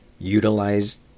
utilize